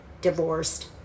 divorced